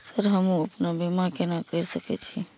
Sir हमू अपना बीमा केना कर सके छी?